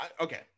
okay